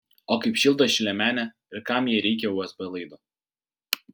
o kaip šildo ši liemenė ir kam jai reikia usb laido